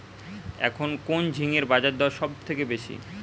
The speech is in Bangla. এখন কোন ঝিঙ্গের বাজারদর সবথেকে বেশি?